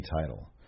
title